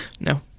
No